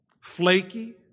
flaky